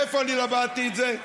מאיפה אני למדתי את זה?